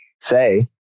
say